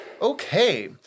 Okay